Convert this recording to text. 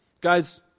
Guys